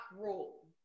rule